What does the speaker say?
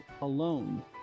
alone